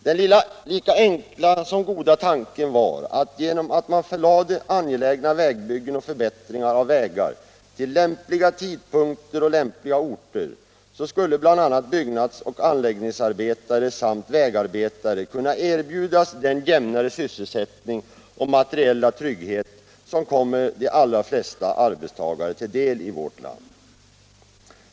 Den lika enkla som goda tanken var att genom att man förlade angelägna vägbyggen och förbättringar av vägar till lämpliga tidpunkter och lämpliga orter skulle bl.a. byggnadsoch anläggningsarbetare samt vägarbetare kunna erbjudas den jämnare sysselsättning och materiella trygghet som kommer de allra flesta arbetstagare till del i vårt land.